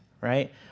right